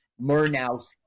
Murnau